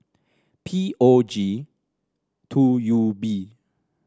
P O G two U B